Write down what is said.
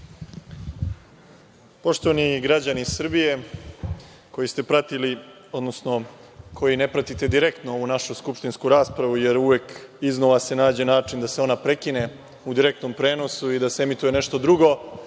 Poštovani, građani Srbije, koji ste pratili, odnosno koji ne pratite direktno ovu našu skupštinsku raspravu, jer uvek, iznova, se nađe način da se ona prekine u direktnom prenosu i da se emituje nešto drugo,